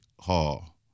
Hall